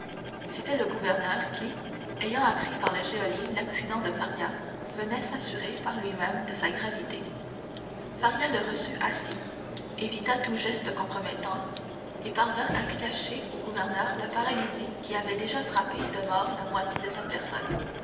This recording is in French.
c'était le gouverneur qui ayant appris par le geôlier l'accident de faria venait s'assurer par lui-même de sa gravité faria le reçut assis évita tout geste compromettant et parvint à cacher au gouverneur la paralysie qui avait déjà frappé de mort la moitié de sa personne